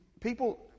people